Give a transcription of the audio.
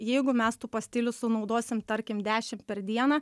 jeigu mes tų pastilių sunaudosim tarkim dešim per dieną